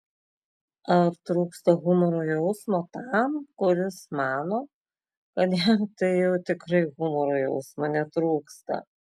ar trūksta humoro jausmo tam kuris mano kad jam tai jau tikrai humoro jausmo netrūksta